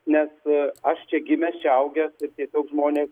nes aš čia gimęs čia augęs tie žmonės